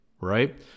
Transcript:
right